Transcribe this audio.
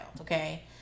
okay